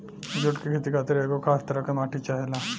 जुट के खेती खातिर एगो खास तरह के माटी चाहेला